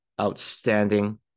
outstanding